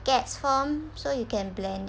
gas form so you can blend it